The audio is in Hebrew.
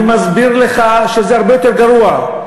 אני מסביר לך שזה הרבה יותר גרוע,